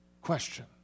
question